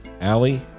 Alley